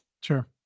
Sure